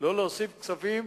לא להוסיף כספים.